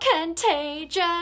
contagious